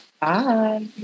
Bye